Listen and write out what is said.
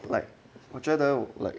like 我觉得 like